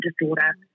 disorder